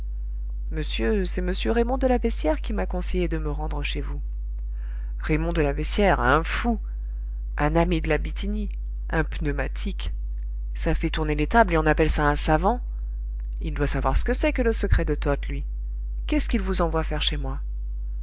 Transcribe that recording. monsieur c'est m raymond de la beyssière qui m'a conseillé de me rendre chez vous raymond de la beyssière un fou un ami de la bithynie un pneumatique ça fait tourner les tables et on appelle ça un savant il doit savoir ce que c'est que le secret de toth lui qu'est-ce qu'il vous envoie faire chez moi